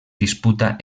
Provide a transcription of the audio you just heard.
disputa